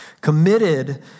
Committed